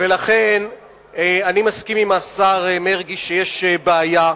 ולכן, אני מסכים עם השר מרגי שיש בעיה,